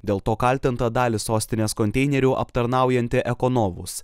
dėl to kaltinta dalį sostinės konteinerių aptarnaujanti ekonovus